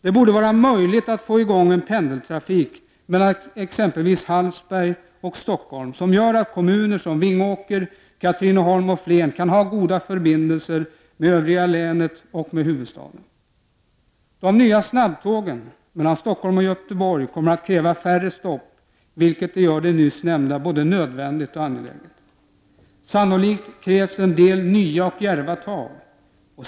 Det borde vara möjligt att få i gång en pendeltrafik mellan exempelvis Hallsberg och Stockholm som gör att kommuner som Vingåker, Katrineholm och Flen kan ha goda förbindelser med länet i övrigt och huvudstaden. De nya snabbtågen mellan Stockholm och Göteborg kräver färre stopp, vilket gör det nyssnämnda nödvändigt och angeläget. Sannolikt krävs en del nya och djärva tag.